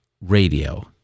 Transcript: radio